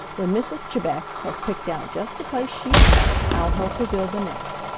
when mrs. chebec has picked out just the place she wants, i'll help her build the nest.